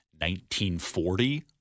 1940